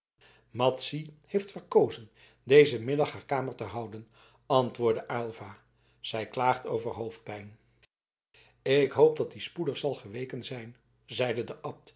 madzy heeft verkozen dezen middag haar kamer te houden antwoordde aylva zij klaagt over hoofdpijn ik hoop dat die spoedig zal geweken zijn zeide de